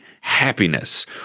happiness